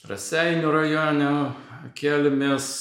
raseinių rajone kelmės